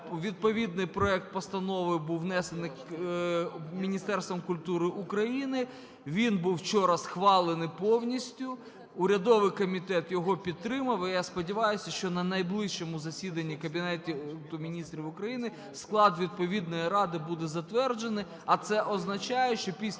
відповідний проект постанови був внесений Міністерством культури України, він був вчора схвалений повністю, урядовий комітет його підтримав. І я сподіваюся, що на найближчому засіданні Кабінету Міністрів України склад відповідної ради буде затверджений.